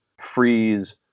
Freeze